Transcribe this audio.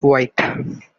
white